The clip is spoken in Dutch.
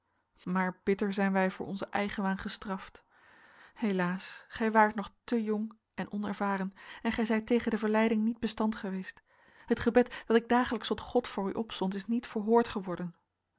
maar bitter zijn wij voor onzen eigenwaan gestraft helaas gij waart nog te jong en onervaren en gij zijt tegen de verleiding niet bestand geweest het gebed dat ik dagelijks tot god voor u opzond is niet verhoord geworden